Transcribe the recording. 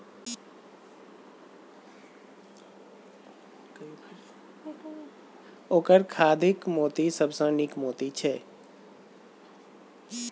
ओकर खाधिक मोती सबसँ नीक मोती छै